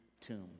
tomb